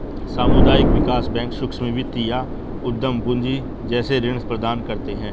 सामुदायिक विकास बैंक सूक्ष्म वित्त या उद्धम पूँजी जैसे ऋण प्रदान करते है